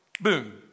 Boom